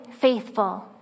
faithful